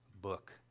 book